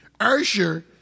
Ursher